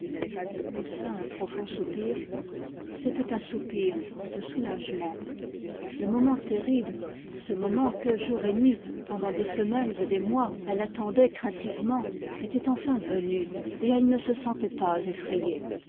elle poussa un profond soupir g'était un soupir de soulagement le moment terrible ce moment que jour et nuit pendant des semaines et des mois elle attendait craintivement était enfin venu et elle ne se sentait pas effrayée